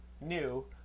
new